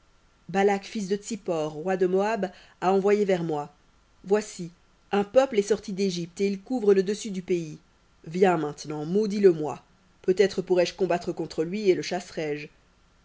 balak fils de tsippor roi de moab a envoyé vers moi voici un peuple est sorti d'égypte et il couvre le dessus du pays viens maintenant maudis le moi peut-être pourrai-je combattre contre lui et le